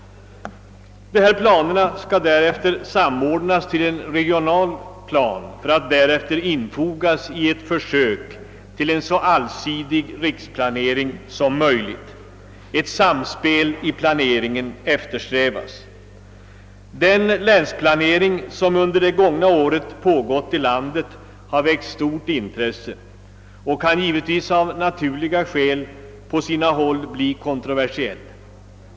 Dessa planer skall därefter samordnas till en regional plan för att sedan infogas i ett utkast till en så allsidig riksplanering som möjligt. Ett samspel i planeringen eftersträvas. Den länsplanering som under det gångna året pågått i landet har väckt stort intresse och kan givetvis — av naturliga skäl — på sina håll bli kontroversiell.